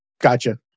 Gotcha